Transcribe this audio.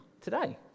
today